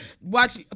watch